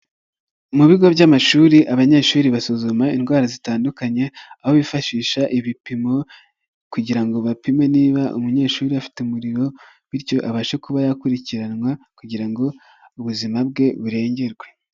Mu bigo by'amashuri abanyeshuri basuzuma indwara zitandukanye, aho bifashisha ibipimo kugira ngo bapime niba umunyeshuri afite umuriro, bityo abashe kuba yakurikiranwa kugira ngo ubuzima bwe burengerwe.